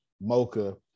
mocha